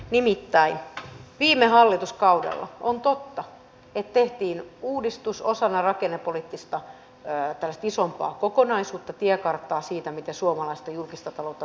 nimittäin on totta että viime hallituskaudella tehtiin uudistus osana tällaista isompaa rakennepoliittista kokonaisuutta tiekarttaa siitä miten suomalaista julkista taloutta tasapainotetaan